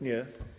Nie?